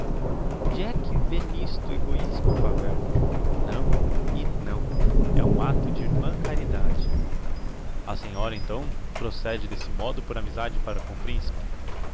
onde é que vê n'isto egoismo pavel não e não é um acto de irmã de caridade a senhora então procede desse modo por amizade para com o principe